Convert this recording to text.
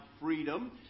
freedom